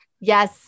yes